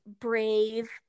brave